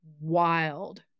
wild